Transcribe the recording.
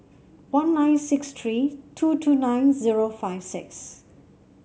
one nine six three two two nine zero five six